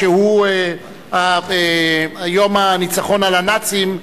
שהוא ציון יום הניצחון על הנאצים,